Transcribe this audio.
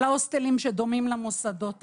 על ההוסטלים שדומים למוסדות האלה,